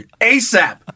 asap